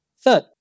Third